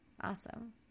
Awesome